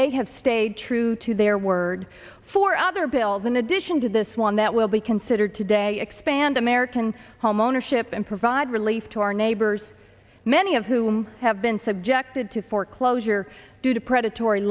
they have stayed true to their word for other bills in addition to this one that will be considered today expand american homeownership and provide relief to our neighbors many of whom have been subjected to foreclosure due to predatory